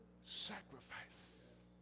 sacrifice